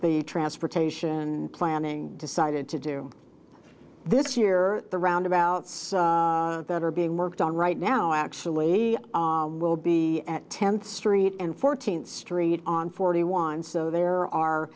the transportation planning decided to do this year the roundabouts that are being worked on right now actually will be at tenth street and fourteenth street on forty one so there are